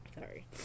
Sorry